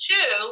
Two